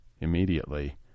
immediately